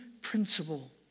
principle